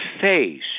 face